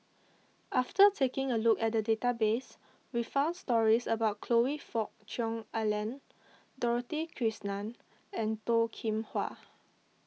after taking a look at the database we found stories about Choe Fook Cheong Alan Dorothy Krishnan and Toh Kim Hwa